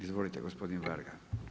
Izvolite gospodine Varga.